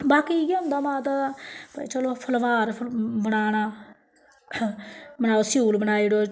बाकी इ'यै होंदा माता दा भाई चलो फलोहार बनाना बनाओ स्यूल बनाई ओड़ो